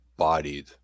bodied